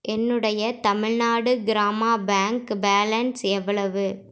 என்னுடைய Tamil Nadu கிராமா bank balance எவ்வளவு